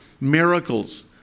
Miracles